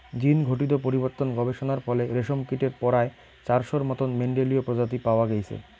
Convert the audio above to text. জীনঘটিত পরিবর্তন গবেষণার ফলে রেশমকীটের পরায় চারশোর মতন মেন্ডেলীয় প্রজাতি পাওয়া গেইচে